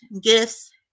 gifts